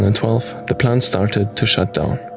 and twelve, the plant started to shut down.